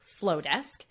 Flowdesk